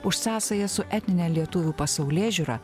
už sąsajas su etnine lietuvių pasaulėžiūra